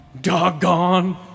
Doggone